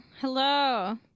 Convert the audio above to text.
Hello